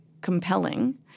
compelling